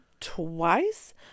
twice